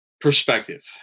perspective